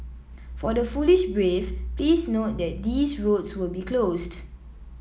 for the foolish brave please note that these roads will be closed